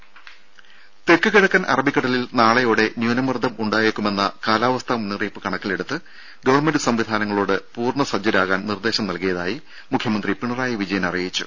രുഭ തെക്ക് കിഴക്കൻ അറബിക്കടലിൽ നാളെയോടെ ന്യൂനമർദ്ദം ഉണ്ടായേക്കുമെന്ന കാലാവസ്ഥാ മുന്നറിയിപ്പ് കണക്കിലെടുത്ത് ഗവൺമെന്റ് സംവിധാനങ്ങളോട് പൂർണ സജ്ജരാകാൻ നിർദ്ദേശം നൽകിയതായി മുഖ്യമന്ത്രി പിണറായി വിജയൻ അറിയിച്ചു